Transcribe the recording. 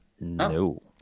no